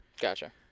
Gotcha